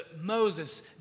Moses